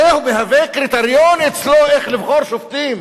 זה מהווה קריטריון אצלו איך לבחור שופטים,